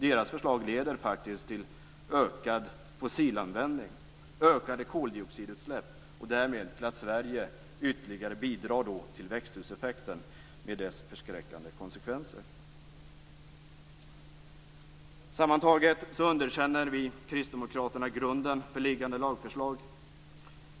Deras förslag leder faktiskt till ökad fossilanvändning och ökade koldioxidutsläpp och därmed till att Sverige ytterligare bidrar till växthuseffekten, med dess förskräckande konsekvenser. Sammantaget underkänner vi kristdemokrater grunden för liggande lagförslag.